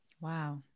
Wow